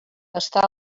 estar